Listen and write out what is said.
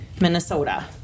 Minnesota